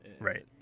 Right